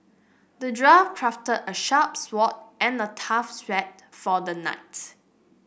the dwarf crafted a sharp sword and a tough shield for the knight